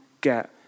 get